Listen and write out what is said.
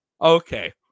Okay